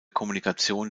kommunikation